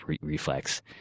reflex